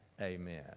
Amen